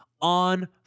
on